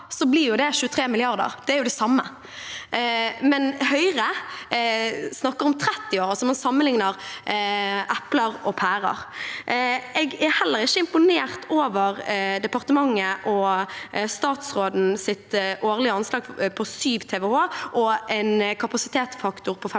år, blir det 23 mrd. kr, og det er jo det samme, men Høyre snakker om 30 år. Altså: Man sammenligner epler og pærer. Jeg er heller ikke imponert over departementet og statsrådens årlige anslag på 7 TWh og en kapasitetsfaktor på 56